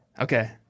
Okay